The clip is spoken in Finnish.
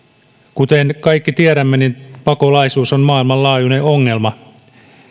kuten kaikki tiedämme niin pakolaisuus on maailmanlaajuinen ongelma